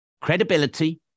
Credibility